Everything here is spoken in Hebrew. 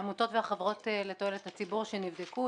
העמותות והחברות לתועלת הציבור שנבדקו,